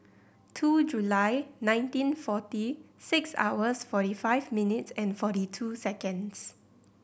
two July nineteen forty six hours forty five minutes and forty two seconds